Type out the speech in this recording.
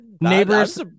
Neighbors